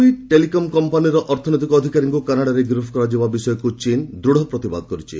ଚୀନ୍ US Huawei telecom କମ୍ପାନିର ଅର୍ଥନୈତିକ ଅଧିକାରୀଙ୍କୁ କାନାଡାରେ ଗିରଫ କରାଯିବା ବିଷୟକୁ ଚୀନ୍ ଦୂଢ଼ ପ୍ରତିବାଦ କରିଛି